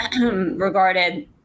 regarded